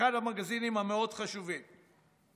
אחד המגזינים החשובים מאוד.